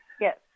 yes